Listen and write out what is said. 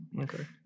Okay